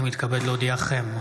אני מתכבד להודיעכם,